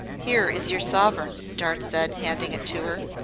here is your sovereign, dart said, handing it to her.